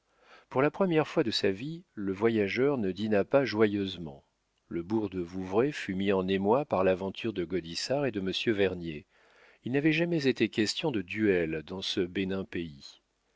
pour la première fois de sa vie le voyageur ne dîna pas joyeusement le bourg de vouvray fut mis en émoi par l'aventure de gaudissart et de monsieur vernier il n'avait jamais été question de duel dans ce bénin pays